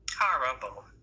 Horrible